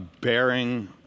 bearing